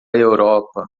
europa